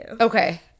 Okay